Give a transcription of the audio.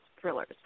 thrillers